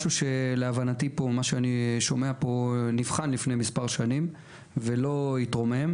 להבנתי הדבר הזה נבחן לפני מספר שנים ולא התרומם.